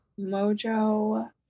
Mojo